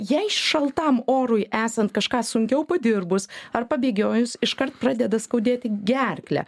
jei šaltam orui esant kažką sunkiau padirbus ar pabėgiojus iškart pradeda skaudėti gerklę